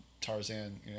Tarzan